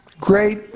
Great